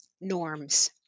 norms